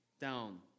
down